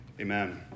amen